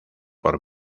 por